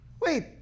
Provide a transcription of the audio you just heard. Wait